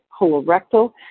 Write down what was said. colorectal